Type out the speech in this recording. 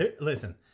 Listen